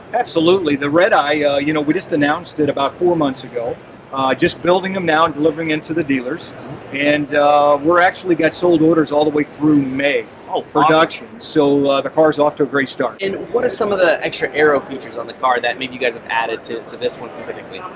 absolutely. the redeye you know we just announced it about four months ago just building them now and delivering into the dealers and we're actually got sold orders all the way through may. oh, awesome. ah so the cars off to a great start. and what are some of the extra aero features on the car that maybe you guys have added to to this one specifically?